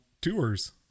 tours